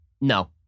No